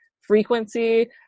frequency